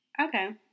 Okay